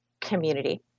community